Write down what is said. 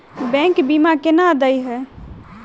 Bank बीमा केना देय है?